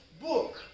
book